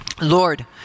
Lord